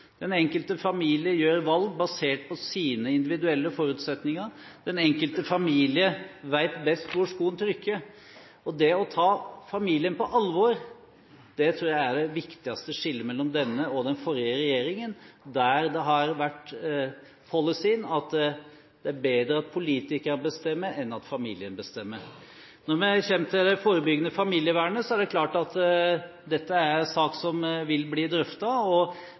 den enkelte familie. Den enkelte familie gjør valg basert på sine individuelle forutsetninger. Den enkelte familie vet best hvor skoen trykker. Det å ta familien på alvor, tror jeg er det viktigste skillet mellom denne og den forrige regjeringen, der policyen har vært at det er bedre at politikerne bestemmer enn at familien bestemmer. Når vi kommer til det forebyggende familievernet, er det klart at dette er en sak som vil bli drøftet, og